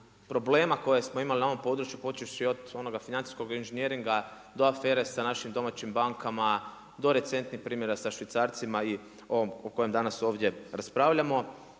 problema koje smo imali na ovom području počevši od onoga financijskoga inženjeringa do afere sa našim domaćim bankama, do recentnih primjera sa švicarcima i ovom o kojem danas ovdje raspravljamo.